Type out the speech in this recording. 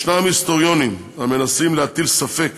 ישנם היסטוריונים המנסים להטיל ספק